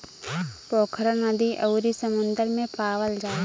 पोखरा नदी अउरी समुंदर में पावल जाला